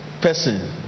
person